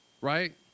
right